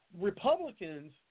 Republicans